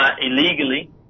illegally